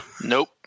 Nope